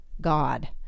god